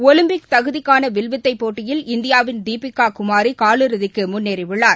Olympic தகுதிக்கானவில்வித்தைபோட்டியில் இந்தியாவின் தீபிகாகுமாரிகாலிறுதிக்குமுன்னேறியுள்ளார்